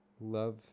Love